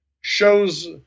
shows